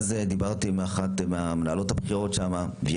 דיברתי עם אחת המנהלות הבכירות שם והיא